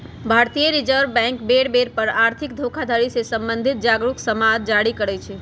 भारतीय reserve bank बेर बेर पर आर्थिक धोखाधड़ी से सम्बंधित जागरू समाद जारी करइ छै